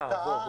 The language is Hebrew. הרתעה.